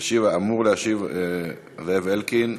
אמור להשיב, זאב אלקין.